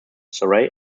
surrey